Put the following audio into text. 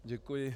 Děkuji.